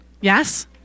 Yes